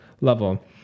level